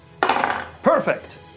Perfect